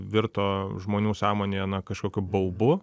virto žmonių sąmonėje kažkokiu baubu